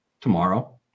tomorrow